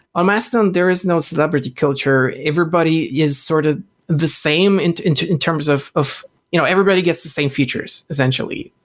ah mastodon, there is no celebrity culture. everybody is sort of the same and in terms of of you know everybody gets the same features essentially,